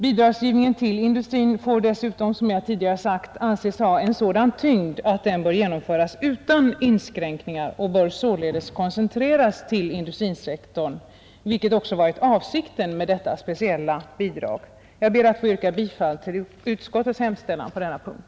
Bidragsgivningen till industrin får dessutom, som jag tidigare sagt, anses ha en sådan tyngd att den bör genomföras utan inskränkningar och alltså koncentreras till industrisektorn, vilket också varit avsikten med detta speciella bidrag. Herr talman! Jag ber att få yrka bifall till utskottets hemställan i denna punkt.